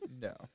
No